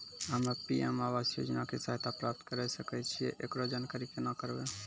हम्मे पी.एम आवास योजना के सहायता प्राप्त करें सकय छियै, एकरो जानकारी केना करबै?